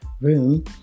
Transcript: room